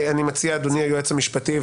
אני מציע אדוני היועץ המשפטי,